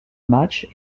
match